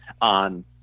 on